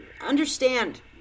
understand